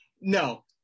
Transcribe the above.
no